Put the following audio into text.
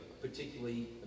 particularly